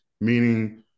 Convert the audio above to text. meaning